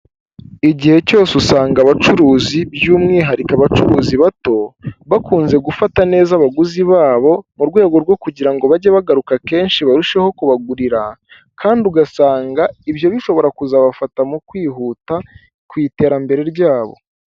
Igihe cyose usanga abacuruzi by'umwihariko abacuruzi bato, bakunze gufata neza abaguzi babo mu rwego rwo kugira ngo bajye bagaruka kenshi barusheho kubagurira kandi ugasanga ibyo bishobora kuzabafata mu kwihuta ku iterambere ryabo.